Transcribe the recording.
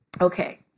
Okay